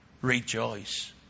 Rejoice